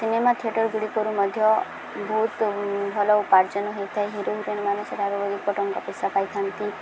cinema ଥିଏଟର୍ଗୁଡ଼ିକରୁ ମଧ୍ୟ ବହୁତ ଭଲ ଉପାର୍ଜନ ହେଇଥାଏ ହିରୋ ହିରୋଇନ୍ମାନେ ସେଠାରୁ ଟଙ୍କା ପଇସା ପାଇଥାନ୍ତି